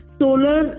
solar